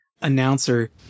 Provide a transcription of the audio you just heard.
announcer